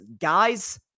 guys